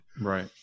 right